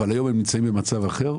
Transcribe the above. אבל היום הם נמצאים במצב אחר,